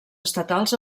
estatals